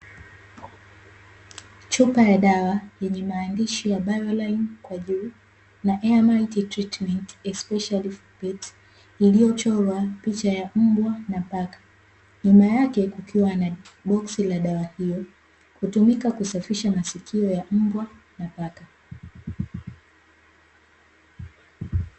Chupa ya dawa yenye maandishi ya " bioline " kwa juu na "airmalt treatment especially for pits "iliyochorwa picha ya mbwa na paka nyuma yake kukiwa na boksi la dawa hiyo, hutumika kusafisha masikio ya mbwa na paka.